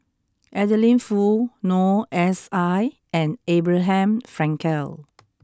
Adeline Foo Noor S I and Abraham Frankel